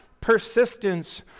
persistence